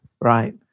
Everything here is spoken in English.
Right